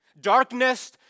Darkness